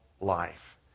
life